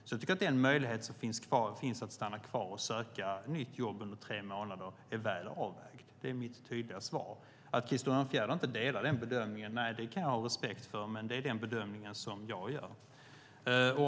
Jag tycker att den möjlighet som finns att stanna kvar och söka nytt jobb under tre månader är väl avvägd. Det är mitt tydliga svar. Att Krister Örnfjäder inte delar den bedömningen kan jag ha respekt för, men det är den bedömning som jag gör.